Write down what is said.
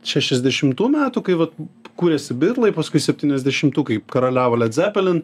šešiasdešimtų metų kai vat kūrėsi bitlai paskui septyniasdešimtų kai karaliavo led zeppelin